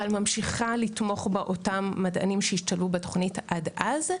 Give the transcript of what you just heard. אבל ממשיכה לתמוך באותם מדענים שהשתלבו בתוכנית עד אז,